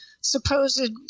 supposed